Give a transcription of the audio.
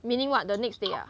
meaning what the next day ah